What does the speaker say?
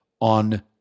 on